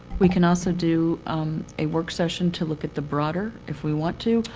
we can also do a work session to look at the broader, if we want to.